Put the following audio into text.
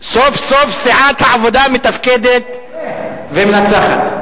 סוף-סוף סיעת העבודה מתפקדת ומנצחת.